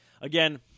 Again